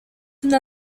una